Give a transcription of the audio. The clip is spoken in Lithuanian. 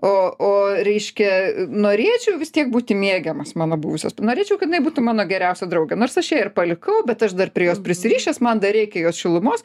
o o reiškia norėčiau vis tiek būti mėgiamas mano buvusios norėčiau kad nebūtų mano geriausia draugė nors aš ją ir palikau bet aš dar prie jos prisirišęs man dar reikia jos šilumos